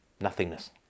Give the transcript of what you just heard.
nothingness